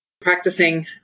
practicing